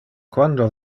quando